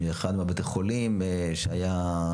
מאחד מבתי החולים שהיה,